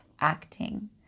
acting